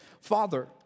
Father